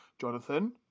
Jonathan